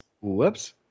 Whoops